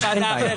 יש ועדה אחרת.